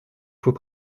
faut